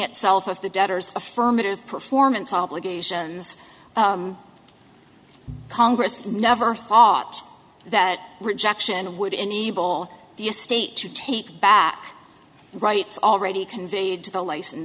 itself of the debtors affirmative performance obligations congress never thought that rejection would enable the estate to take back rights already conveyed to the license